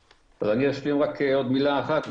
אפילו בלי להגיע לתחנת המשטרה.